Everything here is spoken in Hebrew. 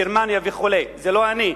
גרמניה וכו'; זה לא אני,